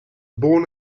born